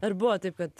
ar buvo taip kad